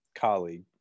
colleague